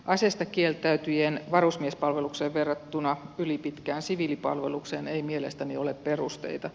aseistakieltäytyjien varusmiespalvelukseen verrattuna ylipitkään siviilipalvelukseen ei mielestäni ole perusteita